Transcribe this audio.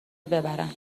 ببرن